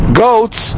goats